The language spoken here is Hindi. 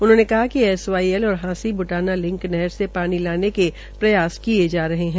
उन्होंने कहा कि एसवाईएल और हांसी ब्टाना लिंक नहरं से पानी लाने के प्रयास किये जा रह है